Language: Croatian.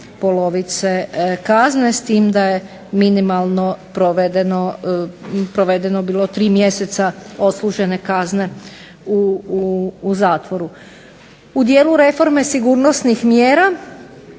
polovice kazne. S tim da je minimalno provedeno tri mjeseca odslužene kazne u zatvoru. U dijelu reforme sigurnosnih mjera